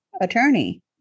attorney